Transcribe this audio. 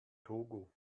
togo